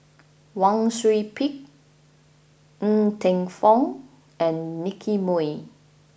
Wang Sui Pick Ng Teng Fong and Nicky Moey